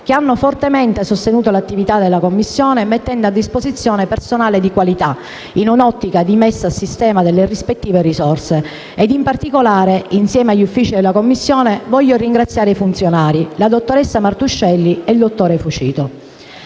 che hanno fortemente sostenuto l'attività della Commissione, mettendo a disposizione personale di qualità in un'ottica di messa a sistema delle rispettive risorse. In particolare, insieme agli uffici della Commissione, voglio ringraziare i funzionari, la dottoressa Martuscelli e il dottor Fucito.